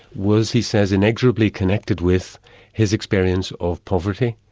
was he says, inexorably connected with his experience of poverty,